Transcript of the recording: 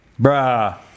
Bruh